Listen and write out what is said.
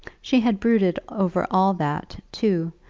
she had brooded over all that, too,